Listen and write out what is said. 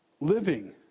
living